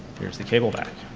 here is the cable back.